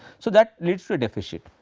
so that leads to a deficit.